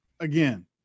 Again